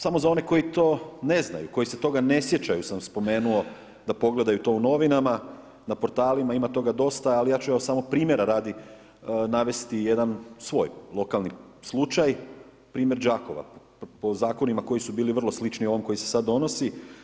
Samo za one koji to ne znaju, koji se toga ne sjećaju sa spomenuo da pogledaju to u novinama, na portalima ima toga dosta ali ja ću vam samo primjera radi navesti jedan svoj lokalni slučaj, primjer Đakova po zakonima koji su bili vrlo slični ovom koji se sad donosi.